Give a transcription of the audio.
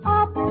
up